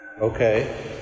Okay